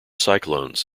cyclones